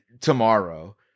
tomorrow